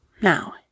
Now